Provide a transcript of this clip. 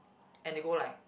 and they go like